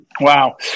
Wow